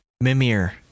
Mimir